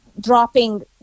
dropping